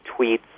tweets